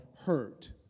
hurt